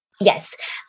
Yes